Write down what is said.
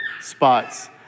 spots